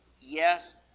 yes